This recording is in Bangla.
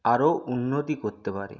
আরো উন্নতি করতে পারে